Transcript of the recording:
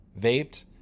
vaped